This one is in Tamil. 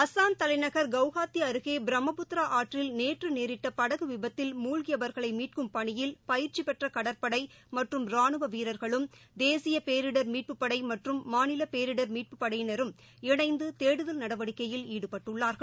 அஸ்ஸாம் தலைநகர் குவஹாத்தி அருகே பிரம்மபுத்திரா ஆற்றில் நேற்று நேரிட்ட படகு விபத்தில் மூழ்கியபவர்களை மீட்கும் பனியில் பயிற்சி பெற்ற கடற்படை மற்றும் ரானுவ வீரர்களும் தேசிய பேரிடர் மீட்புப்படை மற்றம் மாநில பேரிடர் மீட்புப் படையினரும் இணைந்து தேடுதல் நடவடிக்கையில் ஈடுபட்டுள்ளார்கள்